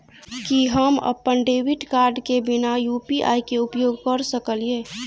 की हम अप्पन debit card केँ बिना यु.पी.आई केँ उपयोग करऽ सकलिये?